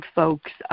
folks